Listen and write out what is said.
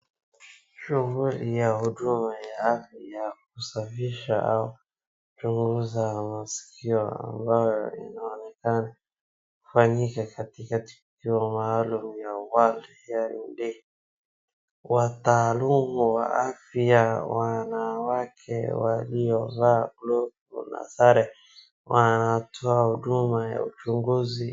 Shughuli ya huduma ya afya ya kusafisha au kuuguza masikio ambayo inaonekana kufanyika katika kituo maalum ya world hearing day wataalumu wa afya wanawake waliovaa glove na sare wanatoa huduma ya uchunguzi.